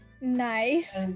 Nice